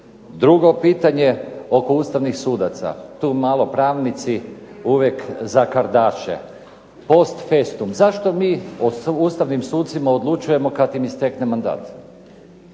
Drugo pitanje oko ustavnih sudaca. Tu malo pravnici uvijek zakardaše. Post festum, zašto mi o ustavnim sucima odlučujemo kada im istekne mandat?